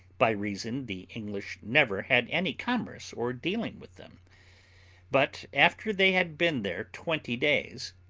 by reason the english never had any commerce or dealing with them but after they had been there twenty days,